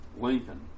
Lincoln